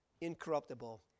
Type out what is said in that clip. Incorruptible